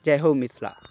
जय हो मिथिला